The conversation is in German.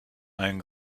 einen